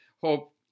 hope